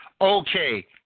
Okay